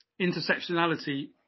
intersectionality